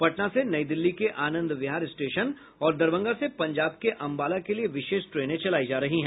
पटना से नई दिल्ली के आनंद विहार स्टेशन और दरभंगा से पंजाब के अम्बाला के लिए विशेष ट्रेने चलायी जा रही है